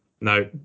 No